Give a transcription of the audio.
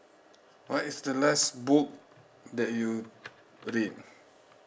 what is the last book that you read